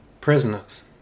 prisoners